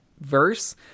verse